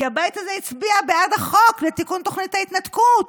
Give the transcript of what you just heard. כי הבית הזה הצביע בעד החוק לתיקון תוכנית ההתנתקות,